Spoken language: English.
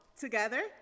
together